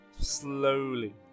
slowly